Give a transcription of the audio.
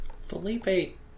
Felipe